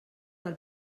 del